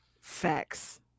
Facts